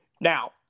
Now